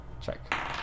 check